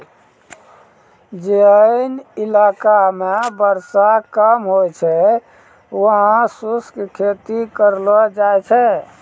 जोन इलाका मॅ वर्षा कम होय छै वहाँ शुष्क खेती करलो जाय छै